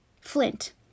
Flint